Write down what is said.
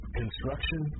construction